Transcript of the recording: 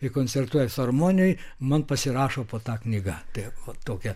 ir koncertuoja filharmonijoj man pasirašo po ta knyga tai vat tokie